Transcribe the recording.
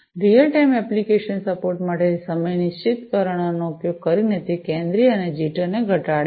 real time application support માટે સમયનિશ્ચિતકરણનો ઉપયોગ કરીને તે કેન્દ્રિય છે અને જીટર ને ઘટાડે છે